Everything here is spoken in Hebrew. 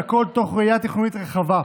והכול תוך ראייה תכנונית רחבה.